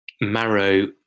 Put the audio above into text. Marrow